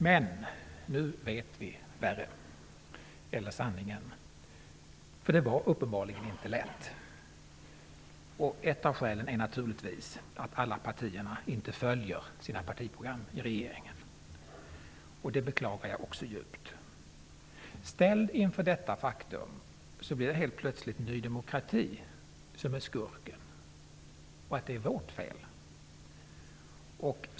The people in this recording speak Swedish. Men nu vet vi sanningen. Det var uppenbarligen inte lätt. Ett av skälen är naturligtvis att alla partier inte följer sina partiprogram nu när de sitter i regeringen. Det beklagar jag också djupt. Ställd inför detta faktum blir det plötsligt Ny demokrati som är skurken. Man anser att det är vårt fel.